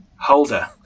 Holder